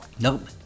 nope